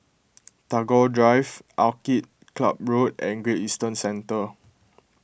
Tagore Drive Orchid Club Road and Great Eastern Centre